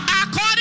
according